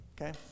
okay